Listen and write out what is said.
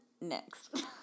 next